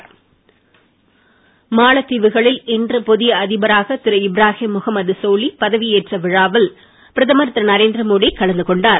மோடி மாலத்தீவு மாலத்தீவுகளில் இன்று புதிய அதிபராக திரு இப்ராகீம் முகமத் சோலி பதவி ஏற்ற விழாவில் பிரதமர் திரு நரேந்திரமோடி கலந்து கொண்டார்